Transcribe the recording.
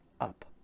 up